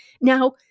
Now